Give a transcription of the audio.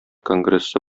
конгрессы